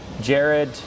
Jared